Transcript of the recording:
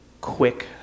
quick